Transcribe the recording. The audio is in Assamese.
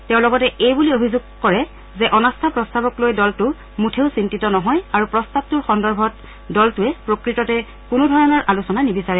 তেওঁ লগতে এই বুলি অভিযোগ কৰে যে অনাস্থা প্ৰস্তাৱক লৈ দলটো মুঠেও চিন্তিত নহয় আৰু প্ৰস্তাৱটোৰ সন্দৰ্ভত দলটোৱে প্ৰকৃততে কোনো ধৰণৰ আলোচনা নিবিচাৰে